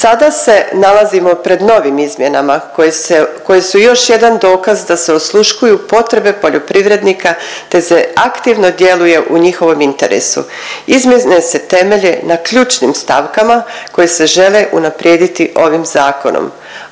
Sada se nalazimo pred novim izmjenama koje se, koje su još jedan dokaz da se osluškuju potrebe poljoprivrednika te se aktivno djeluje u njihovom interesu. Izmjene se temelje na ključnim stavkama koje se žele unaprijediti ovim zakonom,